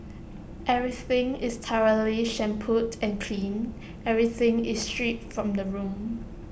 everything is thoroughly shampooed and cleaned everything is stripped from the room